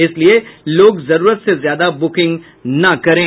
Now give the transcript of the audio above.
इसलिए लोग जरूरत से ज्यादा बुकिंग ना करें